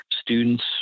students